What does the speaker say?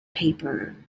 paper